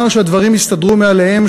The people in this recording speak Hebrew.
רק אל תמשיכו לומר שהדברים יסתדרו מאליהם,